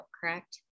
correct